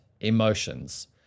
emotions